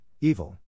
evil